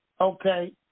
Okay